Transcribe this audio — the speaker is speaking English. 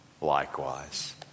likewise